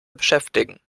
beschäftigen